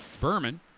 Berman